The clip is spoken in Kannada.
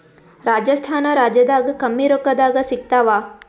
ರಾಜಸ್ಥಾನ ರಾಜ್ಯದಾಗ ಕಮ್ಮಿ ರೊಕ್ಕದಾಗ ಸಿಗತ್ತಾವಾ?